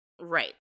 Right